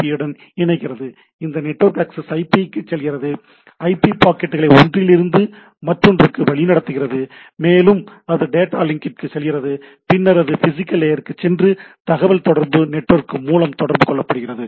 B உடன் இணைகிறது இது நெட்வொர்க் ஆக்சஸ் ஐபிக்கு செல்கிறது ஐபி பாக்கெட்டுகளை ஒன்றிலிருந்து மற்றொன்றுக்கு வழிநடத்துகிறது மேலும் அது டேட்டா லிங்க்கிற்கு செல்கிறது பின்னர் அது பிசிகல் லேயருக்கு சென்று தகவல்தொடர்பு நெட்வொர்க் மூலம் தொடர்பு கொள்ளப்படுகிறது